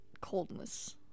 Coldness